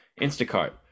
Instacart